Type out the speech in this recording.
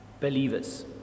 believers